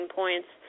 points